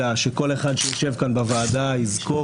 אלא שכל אחד שיושב כאן בוועדה יזכור